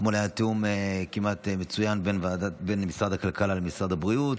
אתמול היה תיאום כמעט מצוין בין משרד הכלכלה למשרד הבריאות,